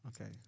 Okay